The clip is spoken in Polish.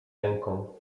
ręką